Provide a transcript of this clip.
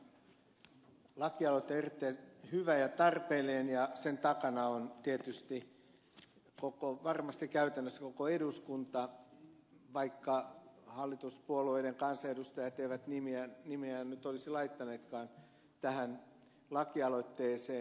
mikko kuopan lakialoite on erittäin hyvä ja tarpeellinen ja sen takana on tietysti varmasti käytännössä koko eduskunta vaikka hallituspuolueiden kansanedustajat eivät nimiään nyt olisi laittaneetkaan tähän lakialoitteeseen